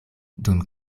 dum